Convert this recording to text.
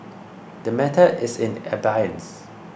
the matter is in abeyance